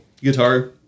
guitar